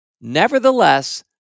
Nevertheless